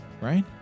right